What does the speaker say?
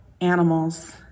animals